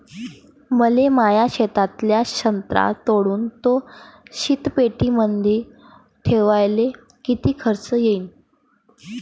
मले माया शेतातला संत्रा तोडून तो शीतपेटीमंदी ठेवायले किती खर्च येईन?